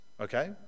Okay